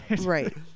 Right